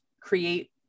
create